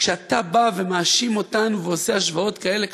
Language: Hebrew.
כשאתה מאשים אותנו ועושה השוואות כאלה קשות,